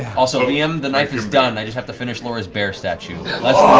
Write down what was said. also, liam, the knife is done. i just have to finish laura's bear statue. less